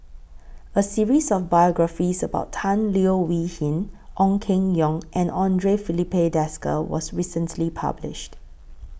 A series of biographies about Tan Leo Wee Hin Ong Keng Yong and Andre Filipe Desker was recently published